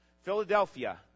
Philadelphia